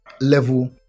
level